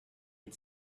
had